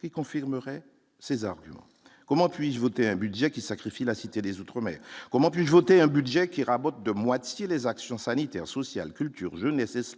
qui confirmerait ses arguments : comment puis-je voter un budget qui sacrifie la Cité des outre-mer, comment puis-je voter un budget qui rabote de moitié des actions sanitaires, sociales, culture je n'ai 16